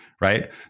Right